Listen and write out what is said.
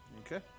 Okay